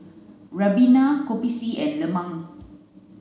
ribena kopi C and lemang